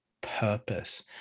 purpose